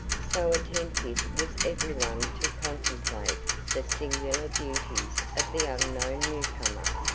so attentive was everyone to contemplate the singular beauties of the unknown new-comer.